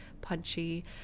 punchy